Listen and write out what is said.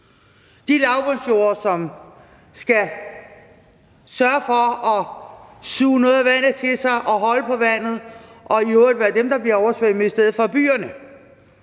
de lavbundsjorde, som skal sørge for at suge noget af vandet til sig og holde på vandet og i øvrigt være dem, der bliver oversvømmet i stedet for byerne.